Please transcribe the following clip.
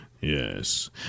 Yes